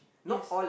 yes